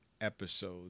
episode